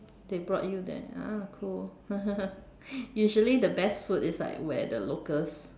they brought you there ah cool usually the best food is like where the locals